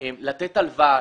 לתת הלוואה,